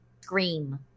Scream